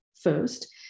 first